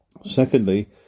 Secondly